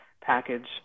package